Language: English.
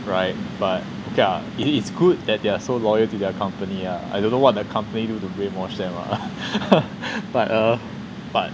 right but yeah it is good that they're so loyal to their company ah I don't know what the company do to brainwash them ah but uh but